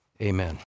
Amen